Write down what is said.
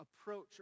approach